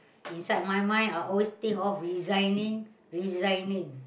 inside my mind I always think of resigning resigning